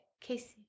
Casey